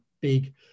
big